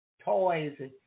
toys